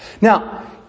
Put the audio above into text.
Now